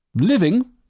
Living